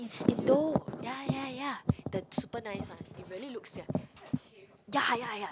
it's Indo yeah yeah yeah the super nice one it really looks sia yeah yeah yeah